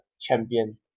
champion